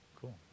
Cool